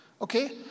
Okay